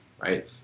right